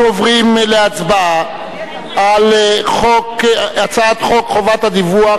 אנחנו עוברים להצבעה על הצעת חוק חובת הדיווח